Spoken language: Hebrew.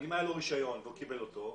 אם היה לו רישיון והוא קיבל אותו,